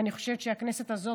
ואני חושבת שכשהכנסת הזאת,